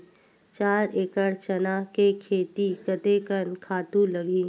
चार एकड़ चना के खेती कतेकन खातु लगही?